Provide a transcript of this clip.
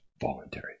voluntary